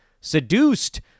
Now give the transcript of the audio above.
seduced